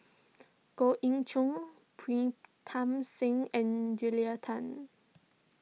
Goh Ee Choo Pritam Singh and Julia Tan